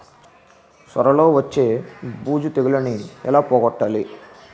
సొర లో వచ్చే బూజు తెగులని ఏల పోగొట్టాలి?